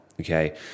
okay